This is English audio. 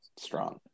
Strong